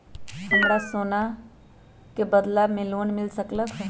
हमरा सोना के बदला में लोन मिल सकलक ह?